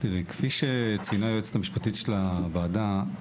כפי שציינה היועצת המשפטית של הוועדה,